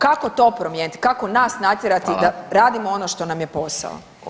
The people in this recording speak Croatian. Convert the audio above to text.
Kako to promijeniti, kako nas natjerati [[Upadica: Hvala.]] da radimo ono što nam je posao.